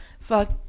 fuck